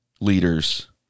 leaders